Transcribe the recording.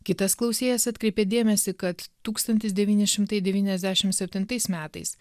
kitas klausėjas atkreipė dėmesį kad tūkstantis devyni šimtai devyniasdešim septintais metais